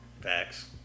Facts